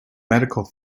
medical